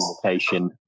communication